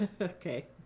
okay